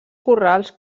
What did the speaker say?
corrals